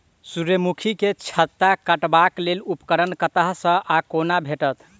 सूर्यमुखी केँ छत्ता काटबाक लेल उपकरण कतह सऽ आ कोना भेटत?